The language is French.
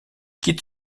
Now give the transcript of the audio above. quitte